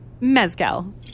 Mezcal